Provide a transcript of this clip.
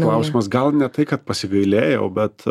klausimas gal ne tai kad pasigailėjau bet